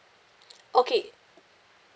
okay